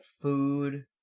food